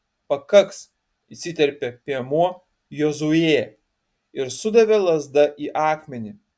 pakaks įsiterpė piemuo jozuė ir sudavė lazda į akmenį